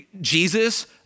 Jesus